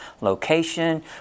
location